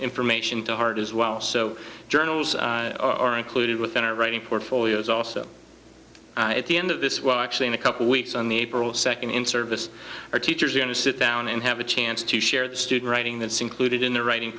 information to heart as well so journals are included within our writing portfolios also at the end of this well actually in a couple weeks on the april second in service or teachers are going to sit down and have a chance to share their student writing that's included in the writing